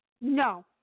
No